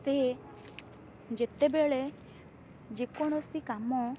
ସେ ଯେତେବେଳେ ଯେକୌଣସି କାମ